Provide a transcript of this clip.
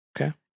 Okay